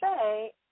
say